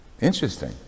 Interesting